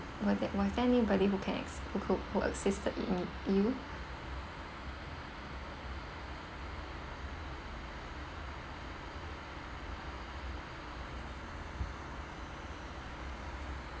was there was there anybody who can as~ who could who assisted in you